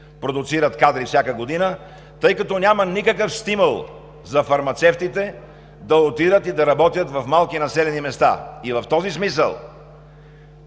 продуцират кадри всяка година, тъй като няма никакъв стимул за фармацевтите да отидат и да работят в малки населени места. (Председателят